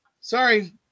Sorry